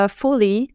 fully